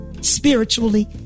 spiritually